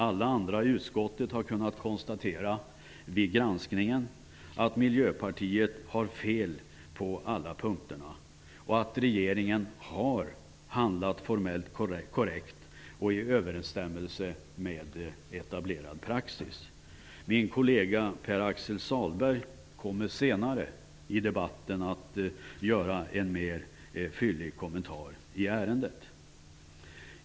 Alla andra i utskottet har konstaterat vid granskningen att miljöpartiet har fel på alla punkter, att regeringen har handlat formellt korrekt och i överensstämmelse med etablerad praxis. Min kollega Pär-Axel Sahlberg kommer senare i debatten att göra en mer fyllig kommentar i ärendet.